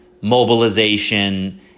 mobilization